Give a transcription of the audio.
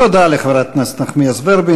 תודה לחברת הכנסת נחמיאס ורבין.